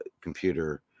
computer